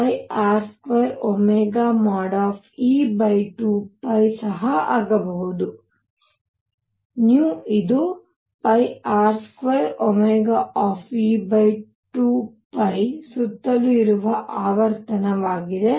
R2e2π ಸಹ ಆಗಬಹುದು ಇದು R2e2π ಸುತ್ತಲೂ ಇರುವ ಆವರ್ತನವಾಗಿದೆ